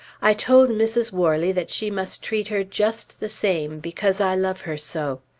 i told mrs. worley that she must treat her just the same, because i love her so.